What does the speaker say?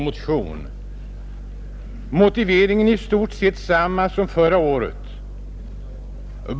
Motiveringen är väl i stort sett densamma som förra året.